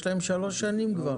יש להם שלוש שנים כבר.